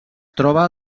troba